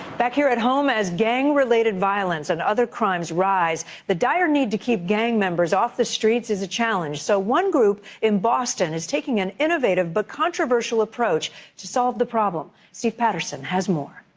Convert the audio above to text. back here at home as gang related violence and other crimes rise, the dire need to keep gang members off the streets is a challenge. so one group in boston is taking an innovative but controversial approach to solve the problem. steve patterson has more.